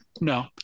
No